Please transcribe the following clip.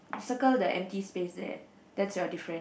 circle the empty space there that's your different